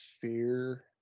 fear